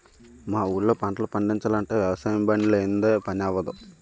మా ఊళ్ళో పంటలు పండిచాలంటే వ్యవసాయబండి లేనిదే పని అవ్వదు